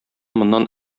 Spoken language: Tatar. моннан